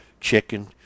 chicken